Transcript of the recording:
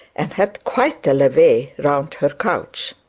and had quite a levee round her couch.